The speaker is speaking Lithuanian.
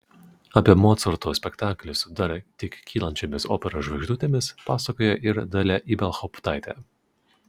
apie mocarto spektaklį su dar tik kylančiomis operos žvaigždutėmis pasakoja ir dalia ibelhauptaitė